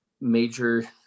major